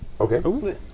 Okay